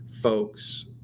folks